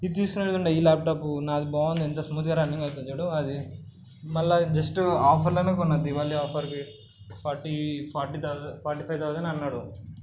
ఇది తీసుకునేది ఉండే ఈ ల్యాప్టాప్ నాది బాగుంది ఎంత స్మూత్గా రన్నింగ్ అవుతుంది చూడు అది మళ్ళా ఇది జస్ట్ ఆఫర్లోనే కొన్న దీవాలి ఆఫర్కి forty forty thousand forty five thousand అన్నాడు